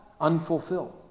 unfulfilled